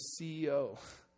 CEO